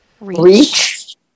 reach